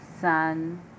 sun